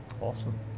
Awesome